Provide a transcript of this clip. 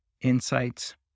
insights